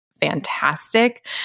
fantastic